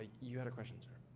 you had a question sir.